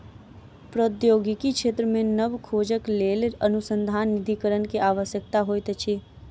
प्रौद्योगिकी क्षेत्र मे नब खोजक लेल अनुसन्धान निधिकरण के आवश्यकता होइत अछि